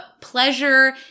pleasure